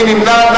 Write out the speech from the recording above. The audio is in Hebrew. מי נמנע?